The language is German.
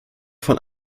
von